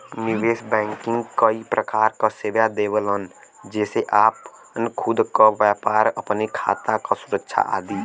निवेश बैंकिंग कई प्रकार क सेवा देवलन जेसे आपन खुद क व्यापार, अपने खाता क सुरक्षा आदि